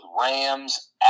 Rams